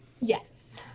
Yes